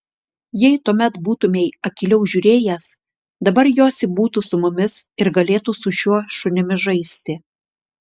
jei tuomet būtumei akyliau žiūrėjęs dabar josi būtų su mumis ir galėtų su šiuo šunimi žaisti